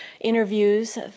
interviews